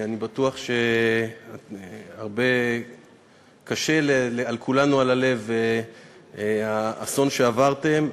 אני בטוח שקשה לכולנו על הלב על האסון שעברתם,